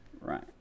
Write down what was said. Right